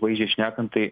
vaizdžiai šnekant tai